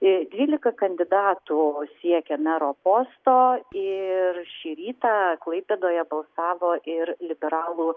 dvylika kandidatų siekia mero posto ir šį rytą klaipėdoje balsavo ir liberalų